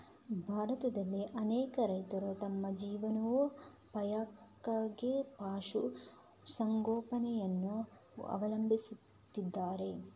ಭಾರತದಲ್ಲಿ ಅನೇಕ ರೈತರು ತಮ್ಮ ಜೀವನೋಪಾಯಕ್ಕಾಗಿ ಪಶು ಸಂಗೋಪನೆಯನ್ನು ಅವಲಂಬಿಸಿದ್ದಾರೆ